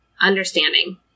understanding